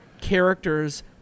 Characters